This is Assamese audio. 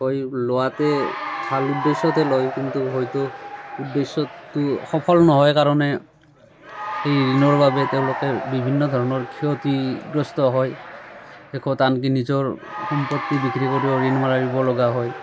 হয় লোৱাতে ভাল উদ্দেশ্যতে লয় কিন্তু হয়তো উদ্দেশ্যটো সফল নহয় কাৰণে সেই ঋণৰ বাবে তেওঁলোকে বিভিন্ন ধৰণৰ ক্ষতিগ্ৰস্ত হয় শেষত আনকি নিজৰ সম্পত্তি বিক্ৰী কৰিও ঋণ মাৰিবলগা হয়